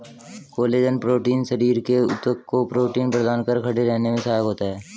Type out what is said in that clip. collagen protein शरीर के ऊतक को प्रोटीन प्रदान कर खड़े रहने में सहायक होता है